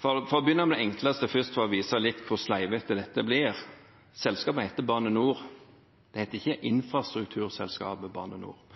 For å begynne med det enkleste først, for å vise litt hvor sleivete dette blir: Selskapet heter Bane NOR, det heter ikke Infrastrukturselskapet Bane NOR.